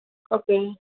okay